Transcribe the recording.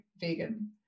vegan